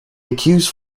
accused